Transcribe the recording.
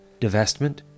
divestment